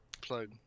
Plug